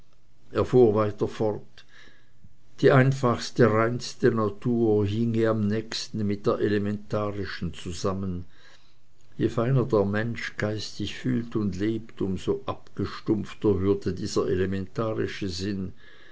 weiter fort die einfachste reinste natur hinge am nächsten mit der elementarischen zusammen je feiner der mensch geistig fühlt und lebt um so abgestumpfter würde dieser elementarische sinn